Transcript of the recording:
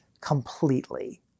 completely